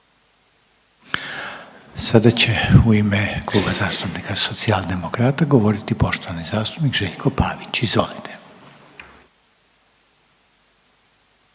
Sada će u ime Kluba zastupnika Socijaldemokrata govoriti poštovani zastupnik Željko Pavić, izvolite.